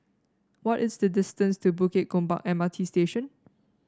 what is the distance to Bukit Gombak M R T Station